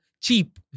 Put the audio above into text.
cheap